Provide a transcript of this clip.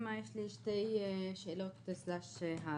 יש לי שתי שאלות, הערות: